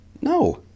no